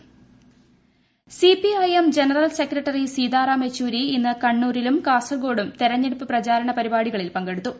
Yechury CPIM general secretary Sitaram Yechury ഇന്ന് കണ്ണൂരിലും കാസർഗോഡും തെരഞ്ഞെടുപ്പ് പ്രചാരണ പരിപാടികളിൽ പങ്കെടുത്തു